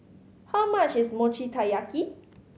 how much is Mochi Taiyaki